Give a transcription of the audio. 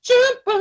Jump